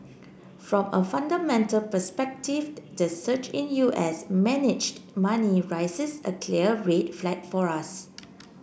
from a fundamental perspective the surge in U S managed money raises a clear red flag for us